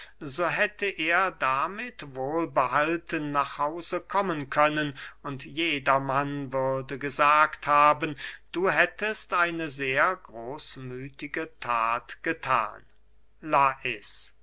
so hätte er damit wohl behalten nach hause kommen können und jedermann würde gesagt haben du hättest eine sehr großmüthige that gethan lais